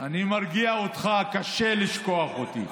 אני מרגיע אותך, קשה לשכוח אותי.